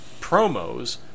promos